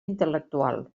intel·lectual